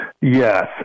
Yes